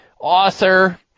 author